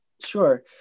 sure